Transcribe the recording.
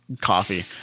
coffee